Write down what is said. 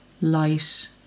light